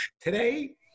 Today